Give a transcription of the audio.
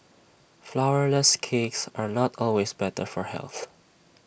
Flourless Cakes are not always better for health